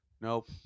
Nope